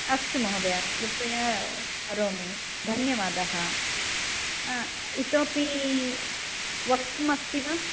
अस्तु महोदय कृपया करोमि धन्यवादः इतोपि वक्तुम् अस्ति वा